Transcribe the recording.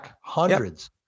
hundreds